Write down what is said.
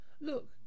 Look